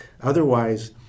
Otherwise